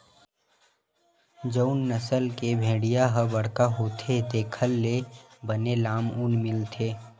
जउन नसल के भेड़िया ह बड़का होथे तेखर ले बने लाम ऊन मिलथे